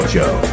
Show